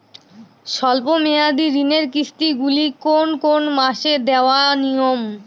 স্বল্প মেয়াদি ঋণের কিস্তি গুলি কোন কোন মাসে দেওয়া নিয়ম?